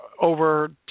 over